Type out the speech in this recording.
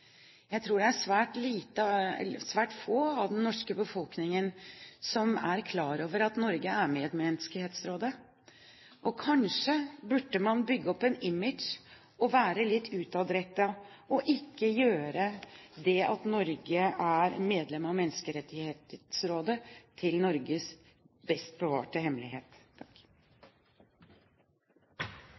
Jeg tror det er svært få i den norske befolkningen som er klar over at Norge er med i Menneskerettighetsrådet. Kanskje man burde bygge opp et image og være litt utadrettet, og ikke gjøre det at Norge er medlem av Menneskerettighetsrådet, til Norges best bevarte hemmelighet.